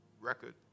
record